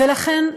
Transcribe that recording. לכן,